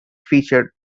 feature